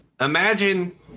imagine